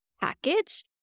package